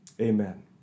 Amen